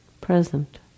present